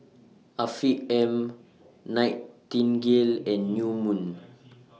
Afiq M Nightingale and New Moon